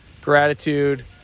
gratitude